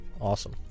Awesome